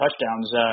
touchdowns